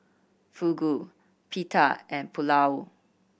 Fugu Pita and Pulao